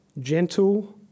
gentle